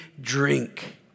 drink